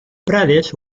prades